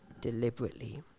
deliberately